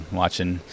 watching